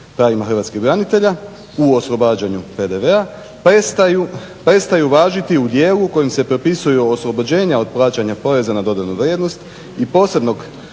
pravima hrvatskih branitelja u oslobađanju PDV-a prestaju važiti u dijelu u kojem se propisuju oslobođenja od plaćanja poreza na dodanu vrijednost i posebnog